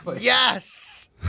yes